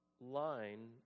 line